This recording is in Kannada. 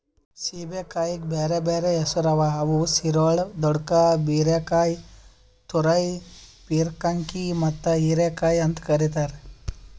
ಸೇಬೆಕಾಯಿಗ್ ಬ್ಯಾರೆ ಬ್ಯಾರೆ ಹೆಸುರ್ ಅವಾ ಅವು ಸಿರೊಳ್, ದೊಡ್ಕಾ, ಬೀರಕಾಯಿ, ತುರೈ, ಪೀರ್ಕಂಕಿ ಮತ್ತ ಹೀರೆಕಾಯಿ ಅಂತ್ ಕರಿತಾರ್